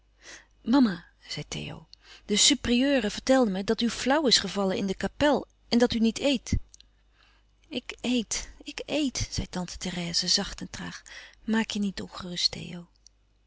zei theo de supérieure vertelde me dat u flauw is gevallen in de kapel en dat u niet eet ik eet ik eet zei tante therèse zacht en traag maak je niet ongerust theo